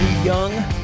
Young